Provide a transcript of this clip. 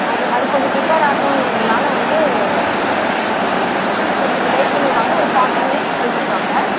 அது அது கொஞ்சம் ப்ரிபேர் ஆகணுங்கிறதுனால வந்து ஆ கொஞ்சம் லேட் பண்ணி வாங்க ஒரு ஃபார்ட்டி மினிட்ஸ் கழிச்சு வாங்க